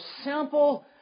simple